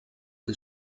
que